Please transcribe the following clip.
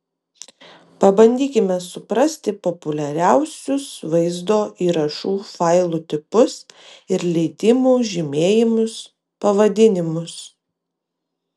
pabandykime suprasti populiariausius vaizdo įrašų failų tipus ir leidimų žymėjimus pavadinimus